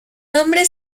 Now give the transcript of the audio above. nombre